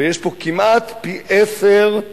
ויש פה כמעט פי-עשרה